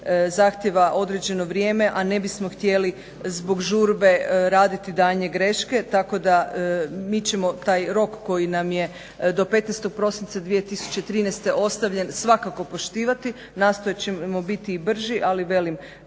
zahtijeva određeno vrijeme, a ne bismo htjeli zbog žurbe raditi daljnje greške. Tako da, mi ćemo taj rok koji nam je do 15. prosinca 2013. ostavljen svakako poštivati. Nastojat ćemo biti i brži. Ali velim,